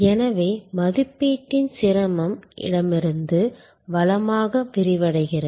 எனவே மதிப்பீட்டின் சிரமம் இடமிருந்து வலமாக விரிவடைகிறது